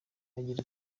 agira